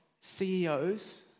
CEOs